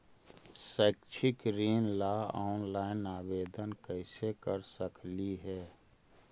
शैक्षिक ऋण ला ऑनलाइन आवेदन कैसे कर सकली हे?